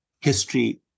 history